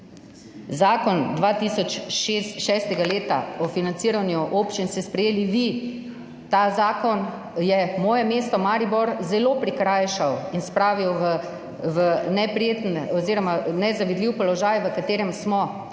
Zakon 2006. leta o financiranju občin ste sprejeli vi. Ta zakon je moje mesto Maribor zelo prikrajšal in spravil v neprijeten oziroma nezavidljiv položaj, v katerem smo.